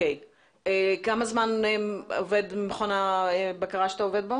כמה זמן עובד מכון הבקרה בו